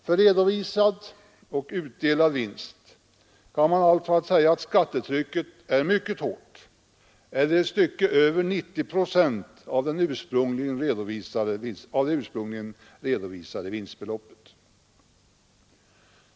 För redovisad och utdelad vinst kan man säga att skattetrycket är mycket hårt — ett stycke över 90 procent av det ursprungligen redovisade vinstbeloppet.